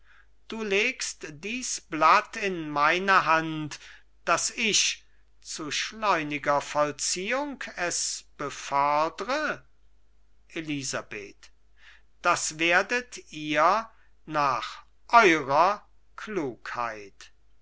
du legst dies blatt in meine hand daß ich zu schleuniger vollziehung es befördre elisabeth das werdet ihr nach eurer klugheit